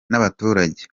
n’abaturage